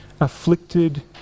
afflicted